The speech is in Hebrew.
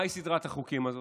מהי סדרת החוקים הזאת?